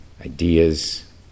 ideas